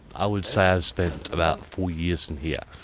i would say i've spent about four years in here,